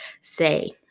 say